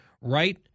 right